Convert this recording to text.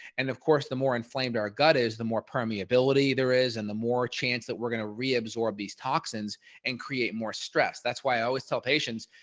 and of course, the more inflamed our gut is, the more permeability there is and the more chance that we're going to reabsorb these toxins and create more stress. that's why i always tell patients,